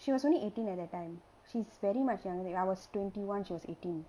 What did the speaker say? she was only eighteen at that time she's very much younger I was twenty one she was eighteen